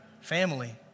Family